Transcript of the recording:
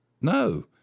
No